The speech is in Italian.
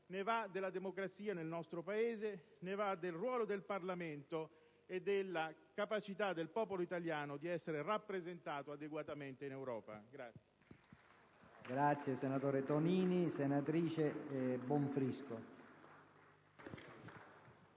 ne va della democrazia nel nostro Paese, del ruolo del Parlamento e della capacità del popolo italiano di essere rappresentato adeguatamente in Europa.